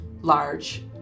large